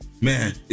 man